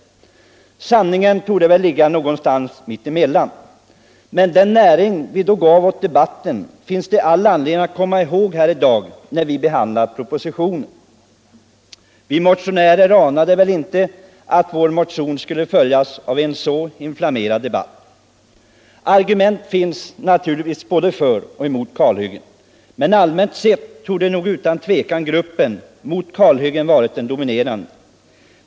Sanningen torde väl ligga någonstans mitt emellan. Men den näring vi då gav åt debatten finns det all anledning att komma ihåg när riksdagen i dag behandlar propositionen. Vi motionärer anade väl inte att vår motion skulle följas av en så inflammerad debatt. Argument fanns naturligtvis både för och emot kalhyggen. Men allmänt sett torde utan tvivel motståndarna mot kalhyggen ha varit den dominerande gruppen.